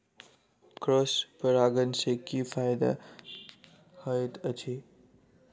Cross परागण सँ की फायदा हएत अछि?